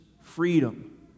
freedom